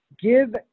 Give